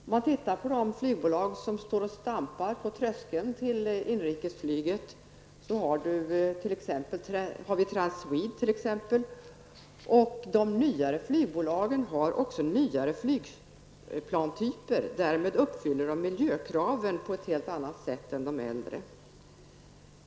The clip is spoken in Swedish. Om man tittar på de nyare flygbolag som står och stampar på tröskeln till inrikesflyget, vi har t.ex. Transwede, har de också nyare flygplanstyper. Därmed uppfyller de miljökraven på ett helt annat sätt än de äldre bolagen.